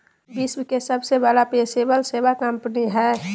विश्व के सबसे बड़ा पेशेवर सेवा कंपनी हइ